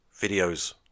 Videos